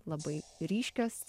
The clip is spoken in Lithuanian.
labai ryškios